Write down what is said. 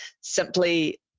simply